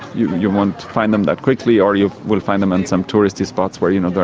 you you won't find them that quickly or you will find them in some touristy spots where, you know,